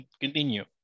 continue